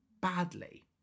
badly